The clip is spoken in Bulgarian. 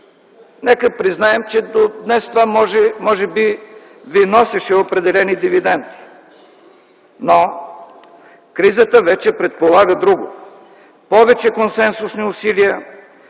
Нека признаем, че до днес това може би ви носеше определени дивиденти, но кризата вече предполага друго – повече консенсусни усилия,